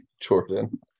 Jordan